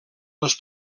les